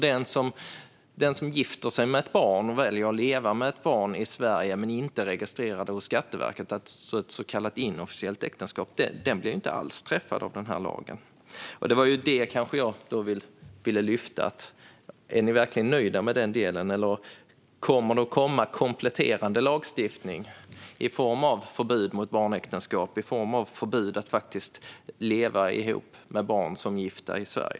Den som gifter sig med ett barn och väljer att leva med ett barn i Sverige men inte registrerar det hos Skatteverket - ett så kallat inofficiellt äktenskap - blir inte alls träffad av denna lag. Det som jag ville lyfta fram var om ni verkligen är nöjda med denna del eller om det kommer att komma kompletterande lagstiftning i form av förbud mot barnäktenskap och i form av ett förbud mot att faktiskt leva ihop med barn som gifta i Sverige.